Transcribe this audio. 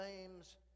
names